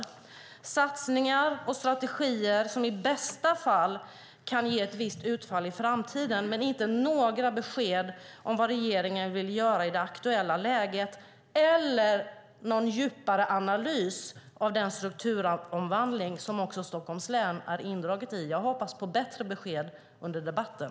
Det är satsningar och strategier som i bästa fall kan ge ett visst utfall i framtiden, men det kommer inte några besked om vad regeringen vill göra i det aktuella läget eller någon djupare analys av den strukturomvandling som också Stockholms län är indraget i. Jag hoppas på bättre besked under debatten.